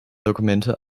dokumente